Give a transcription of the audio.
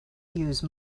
use